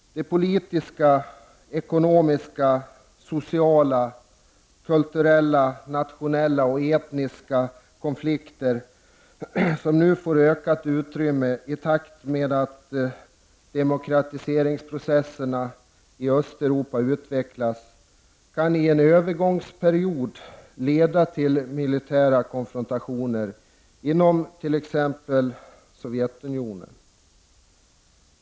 De politiska, ekonomiska, sociala, kulturella, nationella och etniska konflikter som nu får ökat utrymme i takt med att demokratiseringsprocessen i Östeuropa utvecklas kan i en övergångsperiod leda till militära konfrontationer inom t.ex. Sovjetunionen.